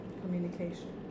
Communication